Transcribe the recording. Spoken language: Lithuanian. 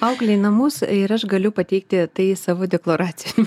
auklė į namus ir aš galiu pateikti tai savo deklaracijoj